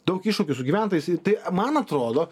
daug iššūkių su gyventojais tai man atrodo